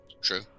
True